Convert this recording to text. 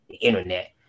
internet